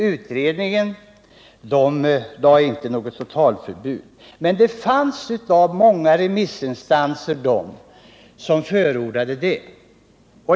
Utredningen föreslog inte något totalförbud. Men det fanns bland många remissinstanser de som förordade det.